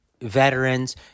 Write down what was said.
veterans